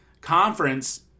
conference